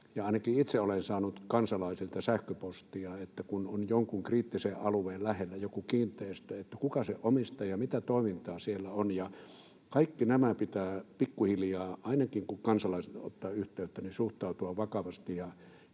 ja ainakin itse olen saanut kansalaisilta sähköpostia, että kun joku kiinteistö on jonkun kriittisen alueen lähellä, niin kuka sen omistaa ja mitä toimintaa siellä on. Kaikkiin näihin pitää pikkuhiljaa — ainakin, kun kansalaiset ottavat yhteyttä — suhtautua vakavasti